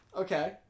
Okay